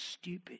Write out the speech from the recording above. stupid